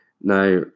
Now